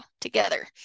together